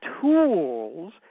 tools